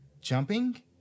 jumping